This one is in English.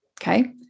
okay